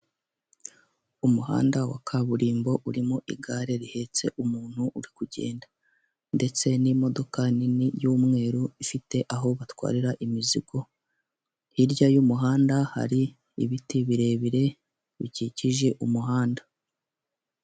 Umuhanda wa kaburimbo urimo igare rihetse umuntu uri kugenda ndetse n'imodoka nini y'umweru ifite aho batwarira imizigo, hirya y'umuhanda hari ibiti birebire bikikije umuhanda.